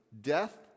death